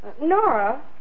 Nora